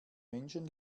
menschen